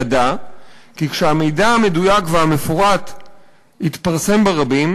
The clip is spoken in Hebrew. ידע כי כשהמידע המדויק והמפורט יתפרסם ברבים,